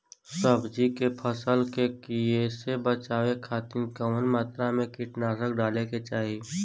सब्जी के फसल के कियेसे बचाव खातिन कवन मात्रा में कीटनाशक डाले के चाही?